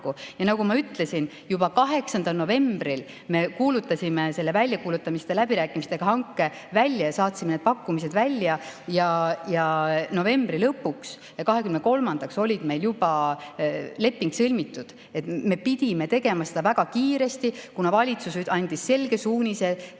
Ja nagu ma ütlesin, juba 8. novembril me kuulutasime selle väljakuulutamiseta läbirääkimistega hanke välja, saatsime need pakkumised välja ja novembri lõpuks, 23. kuupäevaks oli meil juba leping sõlmitud. Me pidime tegema seda väga kiiresti, kuna valitsus andis selge suunise, et